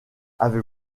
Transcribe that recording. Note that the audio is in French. avez